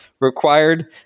required